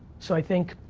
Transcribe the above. so i think,